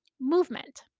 movement